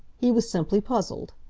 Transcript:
he was simply puzzled.